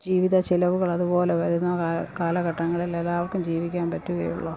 ജീവിത ചിലവുകൾ അതുപോലെ വരുന്ന കാല കാലഘട്ടങ്ങളിൽ എല്ലാവർക്കും ജീവിക്കാൻ പറ്റുകയുള്ളു